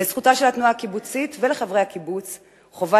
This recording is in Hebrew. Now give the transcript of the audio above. לזכותם של התנועה הקיבוצית ושל חברי הקיבוץ חובה